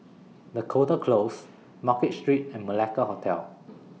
Dakota Close Market Street and Malacca Hotel